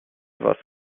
was